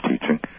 teaching